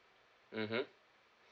mmhmm